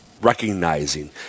recognizing